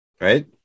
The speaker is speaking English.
right